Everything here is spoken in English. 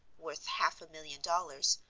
worth half a million dollars,